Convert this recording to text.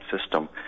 system